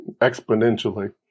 exponentially